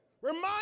Remind